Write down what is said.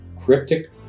cryptic